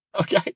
okay